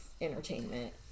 entertainment